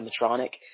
animatronic